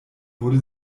wurde